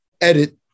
edit